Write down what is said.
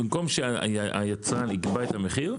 במקום שהיצרן יקבע את המחיר,